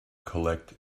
collect